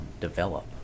develop